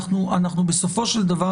אנחנו בסופו של דבר,